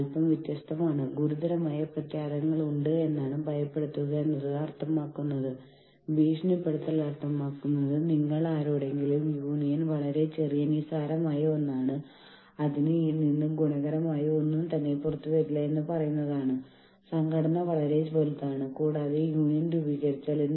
അല്ലെങ്കിൽ അവരുടെ ആവശ്യങ്ങൾ നിറവേറ്റാൻ അവർക്ക് ആവശ്യമായ മാറ്റങ്ങൾ വരുത്താൻ മാനേജ്മെന്റിൽ അവർക്ക് സ്വാധീനമില്ല എന്ന് അവർക്ക് തോന്നുമ്പോൾ ആളുകൾ യൂണിയനുകളിൽ ചേരുന്നു